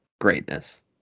Greatness